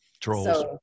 Trolls